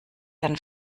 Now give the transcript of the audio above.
dann